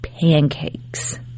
pancakes